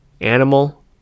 animal